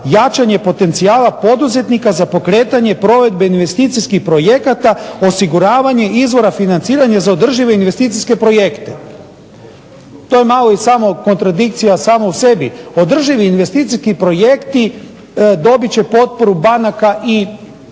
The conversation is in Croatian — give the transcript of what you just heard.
jačanje potencijala poduzetnika za pokretanje provedbu investicijski projekta osiguravanje izvora financiranja za održive investicijske projekte. To je malo i samo kontradikcija sama u sebi. Održivi investicijski projekti dobit će potporu banaka i